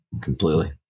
completely